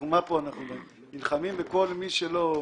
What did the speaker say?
ואנחנו נלחמים בהם,